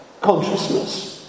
consciousness